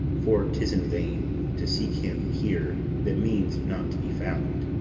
for tis in vain to seek him here that means not to be found.